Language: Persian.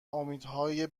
امیدهای